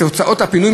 אני רוצה שהקרנות